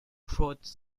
prod